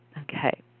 Okay